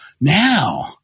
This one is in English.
now